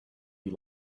you